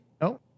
No